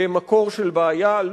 כמקור של בעיה.